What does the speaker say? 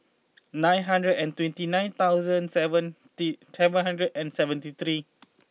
nine hundred and twenty nine thousand seventy seven hundred and seventy three